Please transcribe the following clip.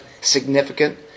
significant